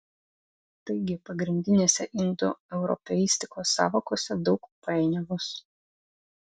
taigi pagrindinėse indoeuropeistikos sąvokose daug painiavos